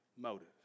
motive